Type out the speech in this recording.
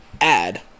add